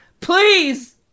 Please